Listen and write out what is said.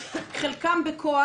חלקם בכוח,